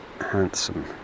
handsome